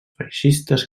feixistes